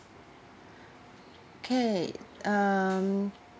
okay um